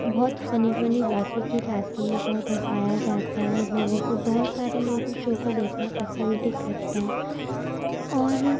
بہت funny funny باتیں کی جاتی ہیں بہت ہنسایا جاتا ہے لوگوں کو بہت سارے لوگ اس شو کو دیکھنا پسند بھی کرتے ہیں اور